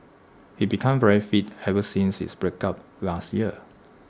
he became very fit ever since his breakup last year